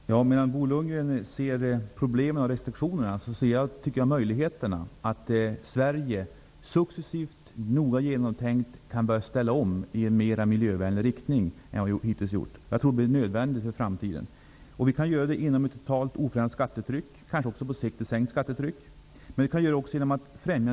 Fru talman! Medan Bo Lundgren ser problemen och restriktionerna ser jag möjligheterna att Sverige successivt och noga genomtänkt kan börja ställa om i en mer miljövänlig riktning än hittills. Jag tror att det blir nödvändigt för framtiden. Vi kan göra detta inom ramen för ett totalt oförändrat skattetryck, kanske blir det på sikt också fråga om ett sänkt skattetryck.